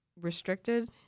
restricted